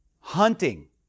hunting